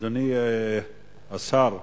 אדוני השר,